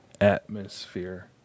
Atmosphere